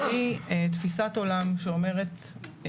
בלי תפיסת עולם שאומרת,